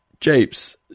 Japes